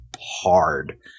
hard